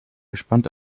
gespannt